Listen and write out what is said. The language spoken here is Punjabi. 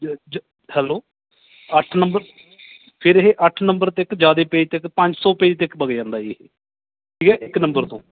ਜ ਜ ਹੈਲੋ ਅੱਠ ਨੰਬਰ ਫਿਰ ਇਹ ਅੱਠ ਨੰਬਰ 'ਤੇ ਇੱਕ ਜ਼ਿਆਦਾ ਪੇਜ 'ਤੇ ਇੱਕ ਪੰਜ ਸੌ ਪੇਜ 'ਤੇ ਇੱਕ ਵਗ ਜਾਂਦਾ ਜੀ ਠੀਕ ਹੈ ਇੱਕ ਨੰਬਰ ਤੋਂ